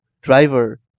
Driver